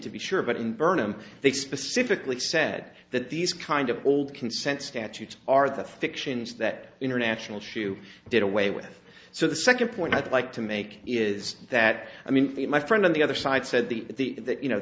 to be sure but in birnam they specifically said that these kind of old consent statutes are the fictions that international shoe did away with so the second point i'd like to make is that i mean my friend on the other side said the that you know